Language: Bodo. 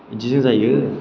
बिदिजों जायो